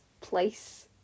place